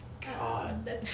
God